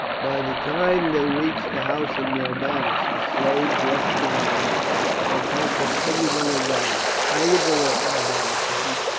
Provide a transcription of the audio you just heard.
by the time they reached the house of norbanus the slaves left behind had packed up everything of value. i will go up, norbanus said,